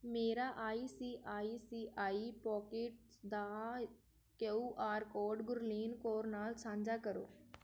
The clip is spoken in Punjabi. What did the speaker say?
ਮੇਰਾ I C I C I pockets ਦਾ Q R code Gurleen Kaur ਨਾਲ ਸਾਂਝਾ ਕਰੋ